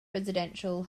residential